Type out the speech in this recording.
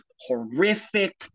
Horrific